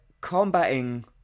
combating